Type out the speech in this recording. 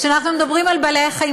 כשאנחנו מדברים על בעלי-החיים,